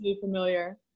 familiar